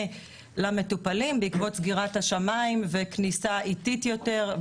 למטופלים בעקבות סגירת השמיים וכניסה איטית יותר,